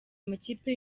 amakipe